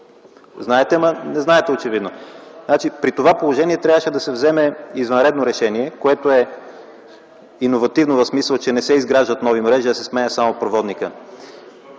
очевидно не знаете. При това положение трябваше да се вземе извънредно решение, което е иновативно, в смисъл, че не се изграждат нови мрежи, а се сменя само проводникът.